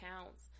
counts